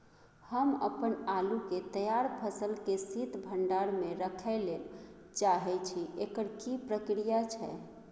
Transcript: हम अपन आलू के तैयार फसल के शीत भंडार में रखै लेल चाहे छी, एकर की प्रक्रिया छै?